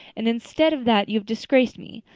and instead of that you have disgraced me.